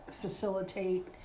facilitate